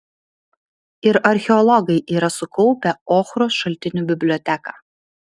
ir archeologai yra sukaupę ochros šaltinių biblioteką